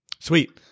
Sweet